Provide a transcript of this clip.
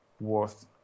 worth